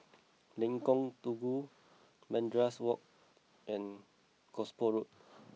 Lengkong Tujuh Madrasah Wak and Gosport Road